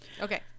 Okay